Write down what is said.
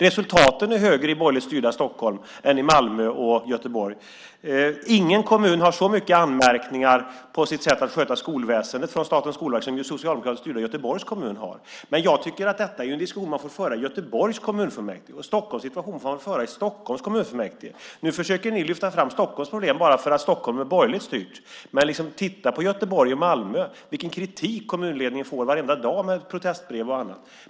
Resultaten är högre i borgerligt styrda Stockholm än i Malmö och Göteborg. Ingen kommun har så många anmärkningar från Statens skolverk på sitt sätt att sköta skolväsendet som socialdemokratiskt styrda Göteborgs kommun. Men detta är en diskussion man får föra i Göteborgs kommunfullmäktige, och debatten om Stockholms situation får man föra i Stockholms kommunfullmäktige. Ni försöker lyfta fram Stockholms problem bara för att Stockholm är borgerligt styrt. Men titta på Göteborg och Malmö och vilken kritik kommunledningarna får varenda dag i form av protestbrev och annat!